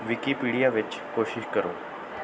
Wikipedia ਵਿੱਚ ਕੋਸ਼ਿਸ਼ ਕਰੋ